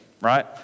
right